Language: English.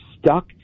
stuck